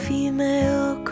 Female